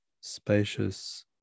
Spacious